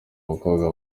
bakobwa